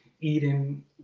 eating